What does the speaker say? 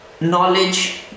knowledge